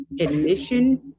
admission